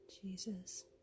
Jesus